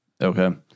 Okay